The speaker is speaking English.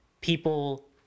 people